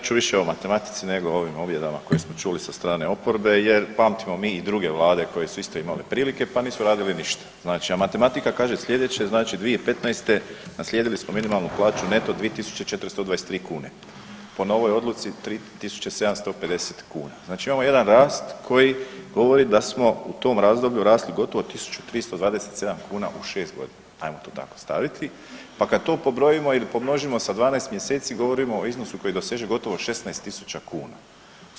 Kolega Bačić, ja ću više o matematici nego o ovim objedama koje smo čuli sa strane oporbe jer pamtimo mi i druge vlade koje su isto imali prilike pa nisu radili ništa, a matematika kaže sljedeće, znači 2015. naslijedili smo minimalnu plaću neto 2.423 kune, po novoj odluci 3.750 kuna, znači imamo jedan rast koji govori da smo u tom razdoblju rasli gotovo 1.327 kuna u šest godina ajmo to tako staviti, pa kad to pobrojimo i pomnožimo sa 12 mjeseci govorimo o iznosu koji doseže gotovo 16.000 kuna.